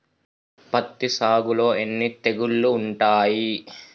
పత్తి సాగులో ఎన్ని తెగుళ్లు ఉంటాయి?